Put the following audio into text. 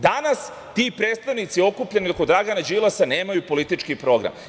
Danas ti predstavnici okupljeni oko Dragana Đilasa nemaju politički program.